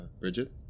Bridget